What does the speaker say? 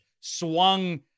swung –